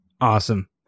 Awesome